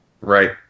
Right